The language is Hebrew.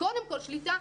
קודם כל שליטה.